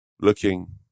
looking